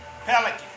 Pelican